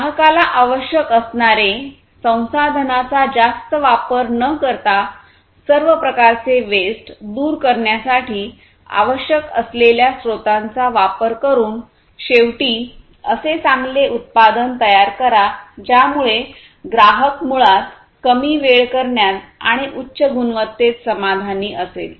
ग्राहकाला आवश्यक असणारे संसाधनांचा जास्त वापर न करता सर्व प्रकारचे वेस्ट दूर करण्यासाठी आवश्यक असलेल्या स्रोतांचा वापर करून शेवटी असे चांगले उत्पादन तयार करा ज्यामुळे ग्राहक मुळात वेळ कमी करण्यात आणि उच्च गुणवत्तेत समाधानी असेल